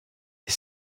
est